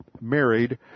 married